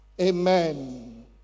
Amen